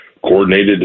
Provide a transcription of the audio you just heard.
coordinated